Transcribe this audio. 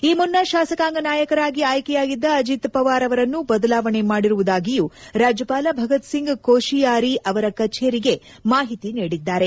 ಈ ಮುನ್ನ ಶಾಸಕಾಂಗ ನಾಯಕರಾಗಿ ಆಯ್ಕೆಯಾಗಿದ್ದ ಅಜಿತ್ ಪವಾರ್ ಅವರನ್ನು ಬದಲಾವಣೆ ಮಾಡಿರುವುದಾಗಿಯೂ ರಾಜ್ಯಪಾಲ ಭಗತ್ಸಿಂಗ್ ಕೋಶಿಯಾರಿ ಅವರ ಕಚೇರಿಗೆ ಮಾಹಿತಿ ನೀಡಿದ್ದಾರೆ